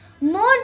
More